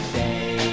day